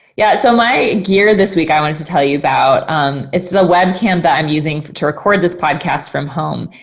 yeah, so my gear this week, i wanted like to tell you about um it's the web cam that i'm using to record this podcast from home.